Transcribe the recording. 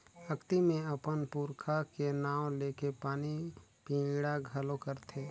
अक्ती मे अपन पूरखा के नांव लेके पानी पिंडा घलो करथे